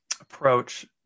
approach